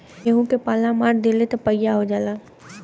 गेंहू के पाला मार देला त पइया हो जाला